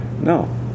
No